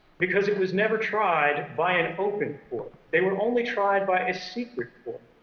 because it was never tried by an open court. they were only tried by a secret court.